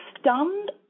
stunned